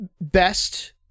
best